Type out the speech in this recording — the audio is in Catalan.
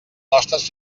nostres